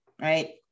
right